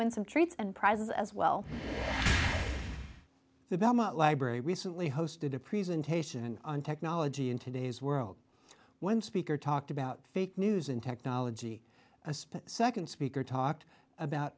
win some treats and prizes as well the belmont library recently hosted a presentation on technology in today's world one speaker talked about fake news and technology as nd speaker talked about